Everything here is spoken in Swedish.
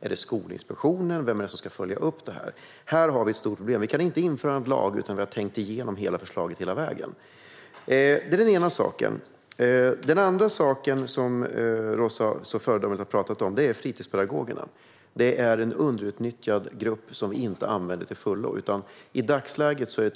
Är det Skolinspektionen som ska följa upp detta, eller vem är det? Här har vi ett stort problem. Vi kan inte införa en lag utan att vi har tänkt igenom hela förslaget hela vägen. Det är den ena saken. Den andra saken, som Roza så föredömligt har pratat om, är fritidspedagogerna. Det är en underutnyttjad grupp som vi inte använder till fullo. I dagsläget kan en enskild